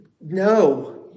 no